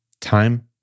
time